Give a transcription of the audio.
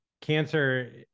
cancer